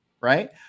right